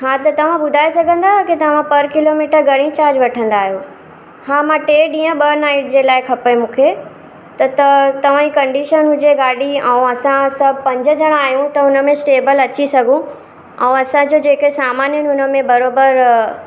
हा त तव्हां ॿुधाइ सघंदा आहियो की तव्हां पर किलोमीटर घणी चार्ज वठंदा आहियो हा मां टे ॾींहं ॿ नाइट जे लाइ खपे मूंखे त त तव्हां ई कंडिशन हुजे गाॾी ऐं असां सभु पंज ॼणा आहियूं त हुनमें स्टेबल अची सघूं ऐं असांजो जेके सामान आहिनि हुनमें बराबरि